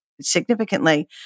significantly